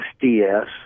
SDS